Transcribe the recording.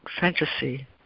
fantasy